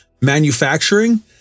Manufacturing